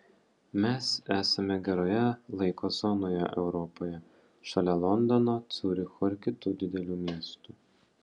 mes esame geroje laiko zonoje europoje šalia londono ciuricho kitų didelių miestų